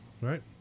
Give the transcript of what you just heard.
right